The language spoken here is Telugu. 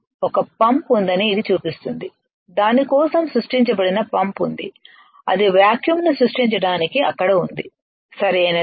ఒక పంప్ ఉందని ఇది చూపిస్తుంది దాని కోసం సృష్టించబడిన పంప్ ఉంది అది వాక్యూం ను సృష్టించడానికి అక్కడ ఉంది సరియైనదా